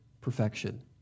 perfection